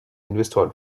investoren